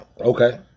Okay